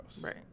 Right